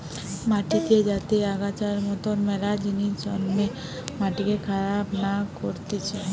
মাটিতে যাতে আগাছার মতন মেলা জিনিস জন্মে মাটিকে খারাপ না করতিছে